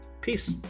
peace